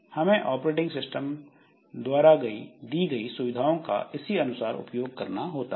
हमें operating system द्वारा दी गई सुविधाओं का इसी अनुसार उपयोग करना होता है